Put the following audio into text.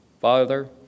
Father